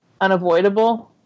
unavoidable